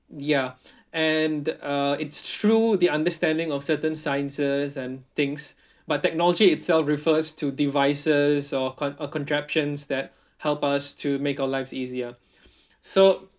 ya and uh it's true the understanding of certain sciences and things but technology itself refers to devices or con~ or contraptions that help us to make our lives easier so